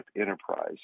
enterprise